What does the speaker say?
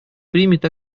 примет